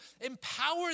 empower